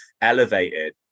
elevated